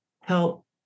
help